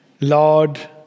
Lord